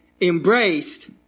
embraced